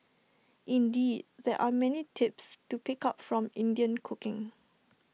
indeed there are many tips to pick up from Indian cooking